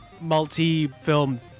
multi-film